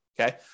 Okay